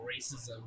racism